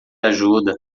ajuda